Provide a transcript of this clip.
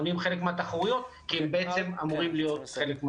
גם מונעים חלק מהתחרויות כי הם בעצם אמורים להיות חלק,